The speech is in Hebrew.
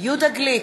יהודה גליק,